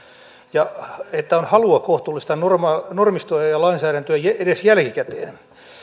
ja että sillä on halua kohtuullistaa normistoa ja ja lainsäädäntöä edes jälkikäteen